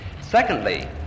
Secondly